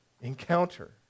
encounter